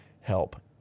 help